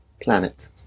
Planet